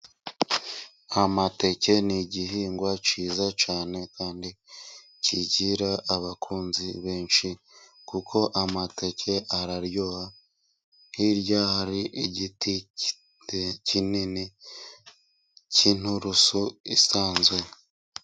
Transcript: Amateke ni igihingwa cyiza cyane, kandi kigira abakunzi benshi kuko amateke araryoha. Hirya hari igiti kinini cy'inturusu isanzwe.